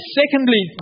secondly